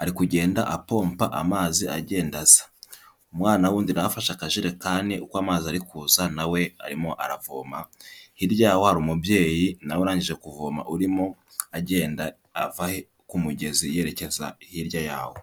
ari kugenda apompa amazi agenda aza, umwana wundi na we afashe akajerekani uko amazi ari kuza na we arimo aravoma, hirya yaho hari umubyeyi na we urangije kuvoma urimo agenda ava ku mugezi yerekeza hirya yawo.